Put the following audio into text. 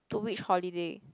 to which holiday